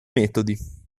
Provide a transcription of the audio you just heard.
metodi